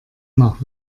nach